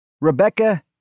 Rebecca